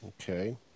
Okay